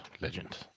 Legend